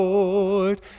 Lord